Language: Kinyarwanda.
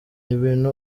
ibintu